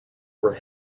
were